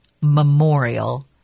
Memorial